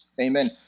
Amen